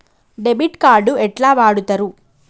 Debit card ఎట్లా వాడుతరు?